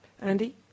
Andy